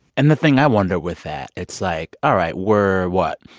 and the thing i wonder with that, it's like, all right. we're what?